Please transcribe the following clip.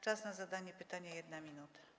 Czas na zadanie pytania - 1 minuta.